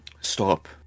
Stop